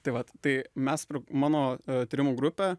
tai vat tai mes pr mano tyrimų grupė